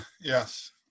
Yes